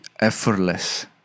effortless